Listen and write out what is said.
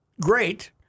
great